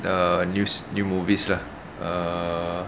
the news new movies lah err